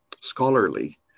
scholarly